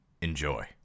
Enjoy